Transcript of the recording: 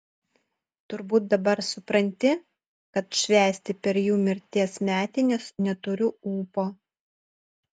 turbūt dabar supranti kad švęsti per jų mirties metines neturiu ūpo